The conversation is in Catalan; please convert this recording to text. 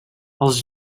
els